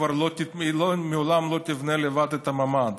כבר לעולם לא תבנה לבד את הממ"ד,